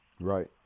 Right